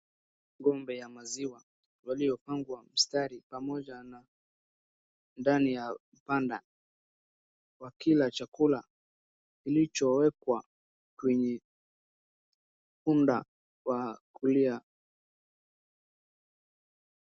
Ng'ombe ya maziwa waliopangwa mstari pamoja na ndani ya banda, wakila chakula kilichowekwa kwenye bunda wa kulia.